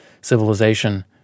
civilization